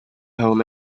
home